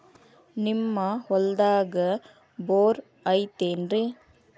ನಿಮ್ಮ ಹೊಲ್ದಾಗ ಬೋರ್ ಐತೇನ್ರಿ?